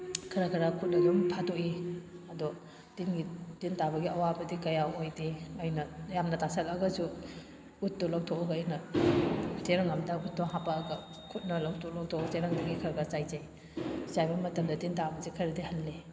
ꯈꯔ ꯈꯔ ꯈꯨꯠꯅ ꯑꯗꯨꯝ ꯐꯥꯗꯣꯛꯏ ꯑꯗꯣ ꯇꯤꯟꯒꯤ ꯇꯤꯟ ꯇꯥꯕꯒꯤ ꯑꯋꯥꯕꯗꯤ ꯀꯌꯥ ꯑꯣꯏꯗꯦ ꯑꯩꯅ ꯌꯥꯝꯅ ꯇꯥꯁꯤꯜꯂꯛꯑꯒꯁꯨ ꯎꯠꯇꯣ ꯂꯧꯊꯣꯛꯑꯒ ꯑꯩꯅ ꯆꯦꯔꯪ ꯑꯃꯗ ꯎꯠꯇꯣ ꯍꯥꯞꯄꯛꯑꯒ ꯈꯨꯠꯅ ꯂꯧꯊꯣꯛ ꯂꯧꯊꯣꯛ ꯆꯦꯔꯪꯗꯒꯤ ꯈꯔ ꯈꯔ ꯆꯥꯏꯖꯩ ꯆꯥꯏꯕ ꯃꯇꯝꯗ ꯇꯤꯟ ꯇꯥꯕꯁꯦ ꯈꯔꯗꯤ ꯍꯜꯂꯤ